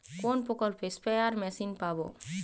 কোন প্রকল্পে spare machine পাব?